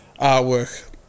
artwork